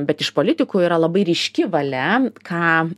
bet iš politikų yra labai ryški valia ką